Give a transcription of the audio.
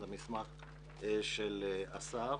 זה מסמך של השר.